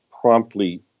promptly